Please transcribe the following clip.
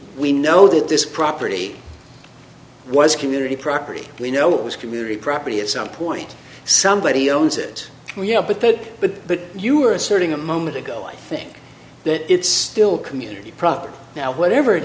we know that this property was community property we know it was community property at some point somebody owns it yeah but but but but you were asserting a moment ago i think that it's still community property now whatever it